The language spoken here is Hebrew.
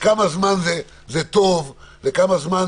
ואתם תחליטו לכמה זמן זה טוב ולכמה זמן